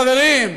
חברים.